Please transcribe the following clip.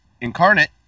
Incarnate